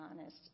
honest